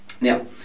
Now